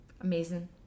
Amazing